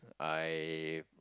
I